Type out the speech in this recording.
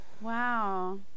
Wow